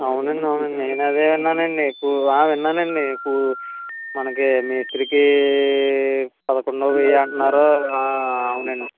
అవునండీ అవునండీ నేను అదే అన్నాను అండి విన్నానండి ఇప్పుడు మనకి మేస్త్రీకి పదకొండు వెయ్య అంటున్నారు అవునండీ